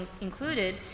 included